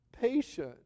patient